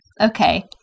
okay